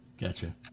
Gotcha